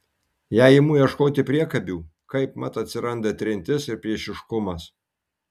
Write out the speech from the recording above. jei imu ieškoti priekabių kaipmat atsiranda trintis ir priešiškumas